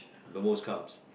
the most carbs